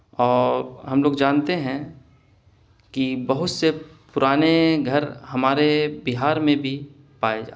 اور ہم لوگ جانتے ہیں کہ بہت سے پرانے گھر ہمارے بہار میں بھی پائے جائے ہیں